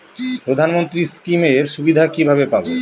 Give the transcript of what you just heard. প্রধানমন্ত্রী স্কীম এর সুবিধা কিভাবে পাবো?